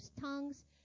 tongues